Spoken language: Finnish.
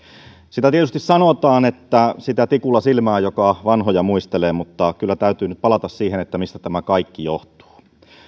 sitä tietysti sanotaan että sitä tikulla silmään joka vanhoja muistelee mutta kyllä täytyy nyt palata siihen mistä tämä kaikki johtuu